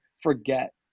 forget